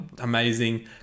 amazing